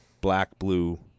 black-blue